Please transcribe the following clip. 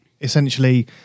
essentially